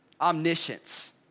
Omniscience